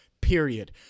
period